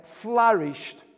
flourished